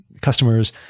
customers